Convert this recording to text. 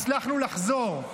הצלחנו לחזור.